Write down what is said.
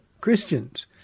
Christians